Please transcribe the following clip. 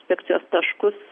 inspekcijos taškus